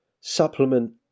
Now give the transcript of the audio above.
Supplement